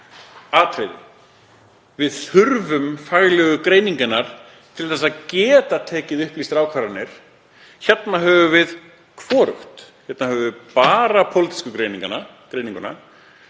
atriði. Við þurfum faglegu greiningarnar til að geta tekið upplýstar ákvarðanir. Hérna höfum við hvorugt. Hérna höfum við bara pólitísku greininguna